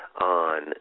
On